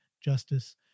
justice